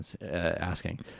asking